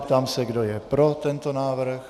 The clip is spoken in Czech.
Ptám se, kdo je pro tento návrh.